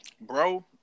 Bro